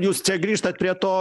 jūs čia grįžtat prie to